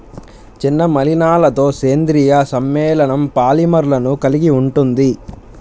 చిన్న మలినాలతోసేంద్రీయ సమ్మేళనంపాలిమర్లను కలిగి ఉంటుంది